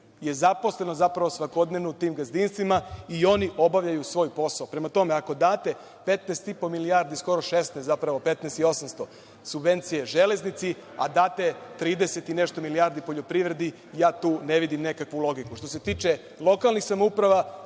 zaposleno, zapravo svakodnevno u tim gazdinstvima i oni obavljaju svoj posao. Prema tome, ako date 15 i po milijardi, skoro 16, zapravo 15 i 800, subvencije železnici, a date 30 i nešto milijardi poljoprivredi, ja tu ne vidim nekakvu logiku. Što se tiče lokalnih samouprava,